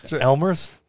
Elmer's